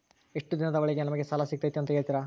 ಎಷ್ಟು ದಿನದ ಒಳಗೆ ನಮಗೆ ಸಾಲ ಸಿಗ್ತೈತೆ ಅಂತ ಹೇಳ್ತೇರಾ?